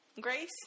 Grace